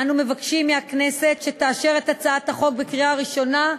אנו מבקשים מהכנסת שתאשר את הצעת החוק בקריאה ראשונה,